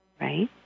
Right